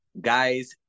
guys